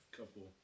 couple